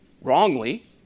wrongly